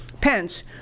pence